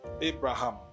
Abraham